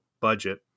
budget